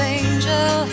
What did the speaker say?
angel